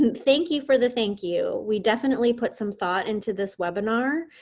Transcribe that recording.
and thank you for the thank you. we definitely put some thought into this webinar.